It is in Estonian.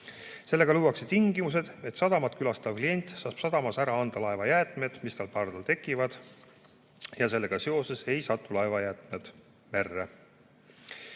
Sellega luuakse tingimused, et sadamat külastav klient saab sadamas ära anda laevajäätmed, mis tal pardal tekivad, ja sellega seoses ei satu laevajäätmed merre.